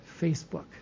Facebook